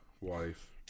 wife